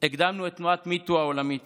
הקדמנו את תנועת MeToo העולמית